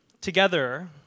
Together